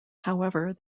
however